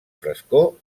frescor